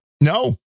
No